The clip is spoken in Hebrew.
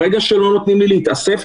ברגע שלא נותנים לי להתאסף,